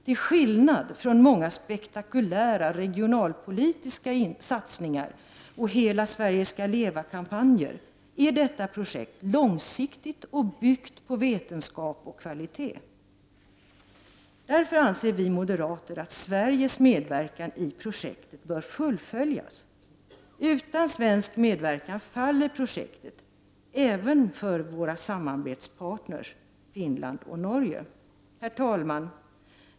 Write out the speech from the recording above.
Till skillnad från många spektakulära regionalpolitiska satsningar och ”Hela Sverige ska leva!”-kampanjer är detta projekt långsiktigt och byggt på vetenskap och kvalitet. Vi moderater anser därför att Sveriges medverkan i projektet bör fullföljas. Utan svensk medverkan faller projektet även för våra samarbetspartner Finland och Norge. Herr talman!